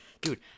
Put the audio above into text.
Dude